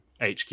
HQ